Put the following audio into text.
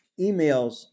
emails